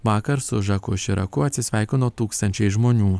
vakar su žaku širaku atsisveikino tūkstančiai žmonių